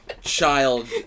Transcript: child